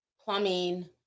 plumbing